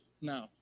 now